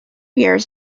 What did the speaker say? years